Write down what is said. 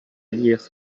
lire